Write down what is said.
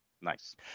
Nice